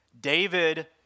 David